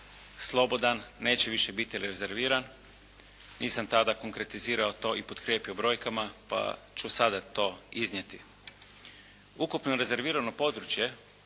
slobodan, neće više biti rezerviran nisam tada konkretizirao to i potkrijepio brojkama pa ću sada to iznijeti. Ukupno rezervirano područje